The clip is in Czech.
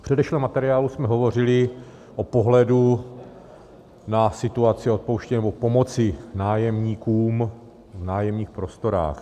V předešlém materiálu jsme hovořili o pohledu na situaci odpouštět nebo pomoci nájemníkům v nájemních prostorách.